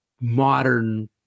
modern